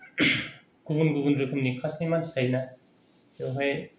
गुबुन गुबुन रोखोमनि कासनि मानसि थायो ना बेवहाय